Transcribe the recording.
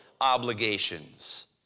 obligations